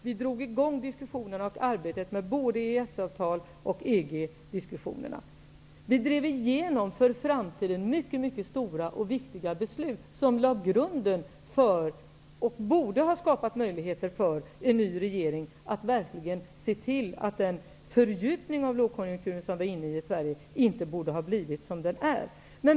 Vi drog även igång arbetet med både EES-avtal och diskussionen om EG. Vi drev igenom för framtiden mycket stora och viktiga beslut. Vi lade grunden för den nya regeringens möjligheter att se till att den fördjupning av lågkonjunkturen som vi i Sverige var inne i inte borde ha blivit som den är.